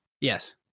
Yes